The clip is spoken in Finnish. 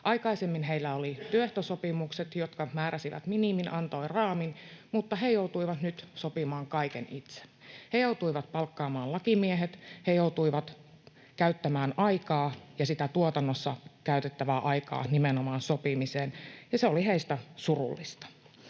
Aikaisemmin heillä oli työehtosopimukset, jotka määräsivät minimin, antoivat raamin, mutta he joutuivat nyt sopimaan kaiken itse. He joutuivat palkkaamaan lakimiehet, he joutuivat käyttämään aikaa ja sitä tuotannossa käytettävää aikaa nimenomaan sopimiseen, ja se oli heistä surullista.